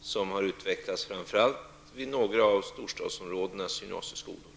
som utvecklats framför allt vid några av storstadsområdenas gymnasieskolor.